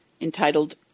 entitled